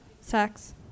Sex